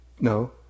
No